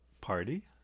party